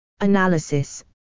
Analysis